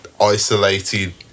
isolated